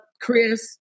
Chris